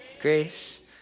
Grace